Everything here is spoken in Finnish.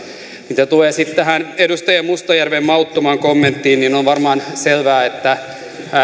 mitä tulee sitten tähän edustaja mustajärven mauttomaan kommenttiin niin on varmaan selvää että